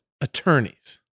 attorneys